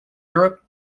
europe